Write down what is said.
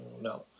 No